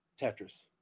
Tetris